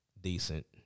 decent